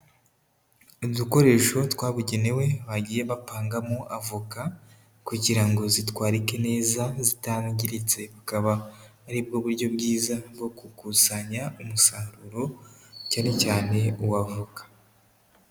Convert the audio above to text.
Udukoresho twabugenewe bagiye bapangamo avoka kugira ngo zitwarike neza zitangiritse, bukaba ari bwo buryo bwiza bwo gukusanya umusaruro, cyane cyane uw'avoka.